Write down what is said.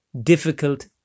difficult